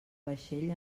vaixell